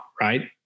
right